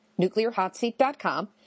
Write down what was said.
nuclearhotseat.com